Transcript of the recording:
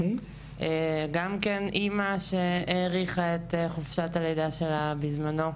גם כן אימא שהאריכה את חופשת הלידה שלה בזמנו.